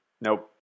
Nope